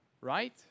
right